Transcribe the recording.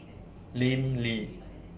Lim Lee